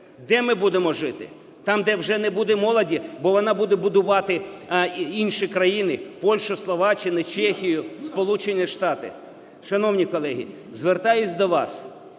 Де ми будемо жити? Там, де вже не буде молоді, бо вона буде будувати інші країни: Польщу, Словаччину, Чехію, Сполучені Штати? Шановні колеги, звертаюся до вас,